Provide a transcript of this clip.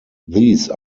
these